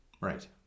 right